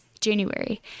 January